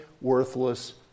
worthless